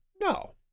No